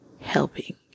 helping